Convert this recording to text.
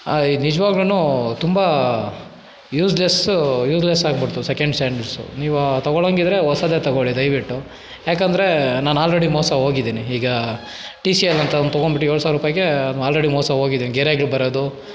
ಇದು ನಿಜ್ವಾಗ್ಲೂ ತುಂಬ ಯೂಸ್ಲೆಸ್ ಯೂಸ್ಲೆಸ್ ಆಗ್ಬಿಡ್ತು ಸೆಕೆಂಡ್ಸ್ ಹ್ಯಾಂಡ್ಸು ನೀವೇ ತಗೊಳ್ಳೋಂಗಿದ್ರೆ ಹೋಸದೇ ತಗೊಳ್ಳಿ ದಯವಿಟ್ಟು ಏಕೆಂದ್ರೆ ನಾನು ಆಲ್ರಡಿ ಮೋಸ ಹೋಗಿದ್ದೀನಿ ಈಗ ಟಿ ಸಿ ಎಲ್ ಅಂತ ಒಂದು ತಗೊಂಡ್ಬಿಟ್ಟು ಏಳು ಸಾವ್ರುಪಾಯಿಗೆ ಆಲ್ರಡಿ ಮೋಸ ಹೋಗಿದ್ದೀನಿ ಗೆರೆಗ್ಳು ಬರೋದು